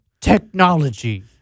technology